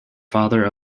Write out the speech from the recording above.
father